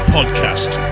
Podcast